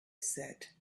said